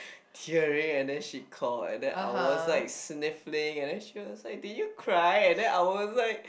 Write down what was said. tearing and then she called and then I was like sniffling and then she was like did you cry and then I was like